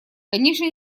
конечно